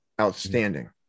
outstanding